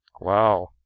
Wow